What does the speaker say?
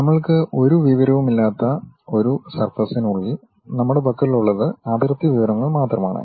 നമ്മൾക്ക് ഒരു വിവരവുമില്ലാത്ത ഒരു സർഫസിനുള്ളിൽ നമ്മുടെ പക്കലുള്ളത് അതിർത്തി വിവരങ്ങൾ മാത്രമാണ്